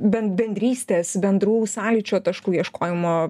ben bendrystės bendrų sąlyčio taškų ieškojimo